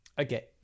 Okay